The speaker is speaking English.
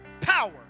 power